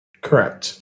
Correct